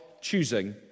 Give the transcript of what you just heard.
choosing